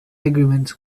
agreements